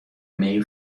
mail